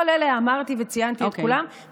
את כל אלה אמרתי וציינתי את כולם,